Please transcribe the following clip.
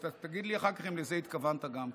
תגיד לי אחר כך אם לזה התכוונת גם כן.